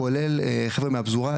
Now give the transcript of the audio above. כולל חבר'ה מהפזורה,